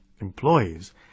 Employees